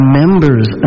members